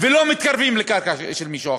לא מתקרבים לקרקע של מישהו אחר.